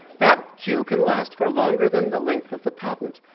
that queue can last for longer than the length of the patent.